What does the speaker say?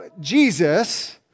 Jesus